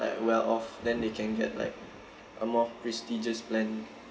like well off then they can get like a more prestigious plan